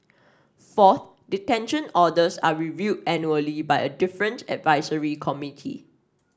fourth detention orders are reviewed annually by a different advisory committee